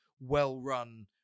well-run